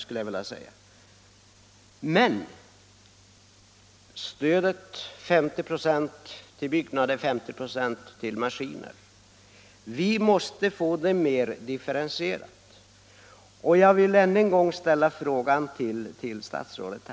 Men vi måste få det nuvarande stödet, som utgår med 50 96 till byggnader och 50 96 till maskiner, mera differentierat. Jag vill upprepa min tidigare fråga till statsrådet.